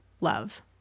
love